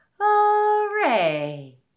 Hooray